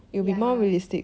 ya